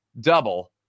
double